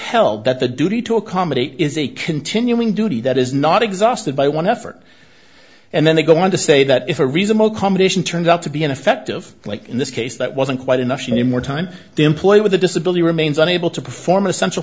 held that the duty to accommodate is a continuing duty that is not exhausted by one effort and then they go on to say that if a reason more competition turns out to be ineffective in this case that wasn't quite enough and you more time the employee with a disability remains an able to perform essential